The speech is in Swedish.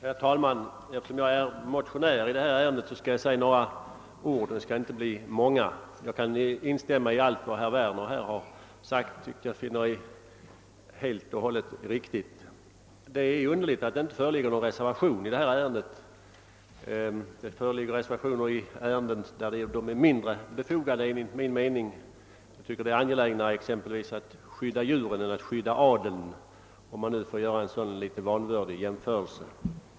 Herr talman! Eftersom jag är motionär i detta ärende skall jag be att få säga några ord. Det skall inte bli många; jag kan instämma i allt vad herr Werner här har sagt, vilket jag finner helt och hållet riktigt. Det är underligt att det inte avgivits någon reservation i detta ärende. Det brukar föreligga reservationer i ärenden där det enligt min mening är mindre befogat. Jag tycker exempelvis att det är mera angeläget att skydda djuren än att skydda adeln, om man får göra en sådan litet vanvördig jämförelse.